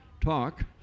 talk